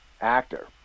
actor